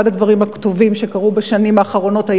אחד הדברים הטובים שקרו בשנים האחרונות הוא